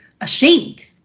ashamed